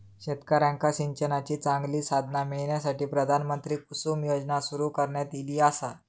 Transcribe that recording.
शेतकऱ्यांका सिंचनाची चांगली साधना मिळण्यासाठी, प्रधानमंत्री कुसुम योजना सुरू करण्यात ईली आसा